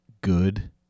good